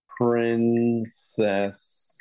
Princess